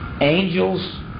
angels